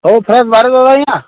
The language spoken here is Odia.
ସବୁ ଫ୍ରେସ୍ ବାହାରିବ ତ ଆଜ୍ଞା